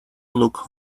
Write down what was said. looked